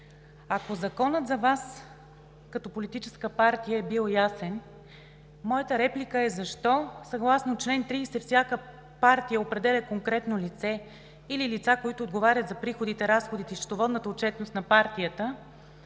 ако Законът за Вас като политическа партия е бил ясен, защо – съгласно чл. 30 всяка партия определя конкретно лице или лица, които отговарят за приходите, разходите и счетоводната отчетност на партията